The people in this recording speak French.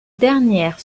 dernière